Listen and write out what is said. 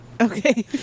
Okay